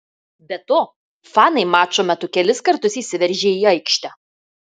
be to fanai mačo metu kelis kartus įsiveržė į aikštę